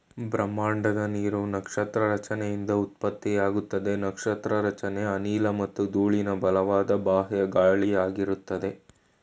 ಬ್ರಹ್ಮಾಂಡದ ನೀರು ನಕ್ಷತ್ರ ರಚನೆಯಿಂದ ಉತ್ಪತ್ತಿಯಾಗ್ತದೆ ನಕ್ಷತ್ರ ರಚನೆ ಅನಿಲ ಮತ್ತು ಧೂಳಿನ ಬಲವಾದ ಬಾಹ್ಯ ಗಾಳಿಯಲ್ಲಿರ್ತದೆ